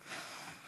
בערבית: